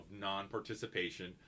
non-participation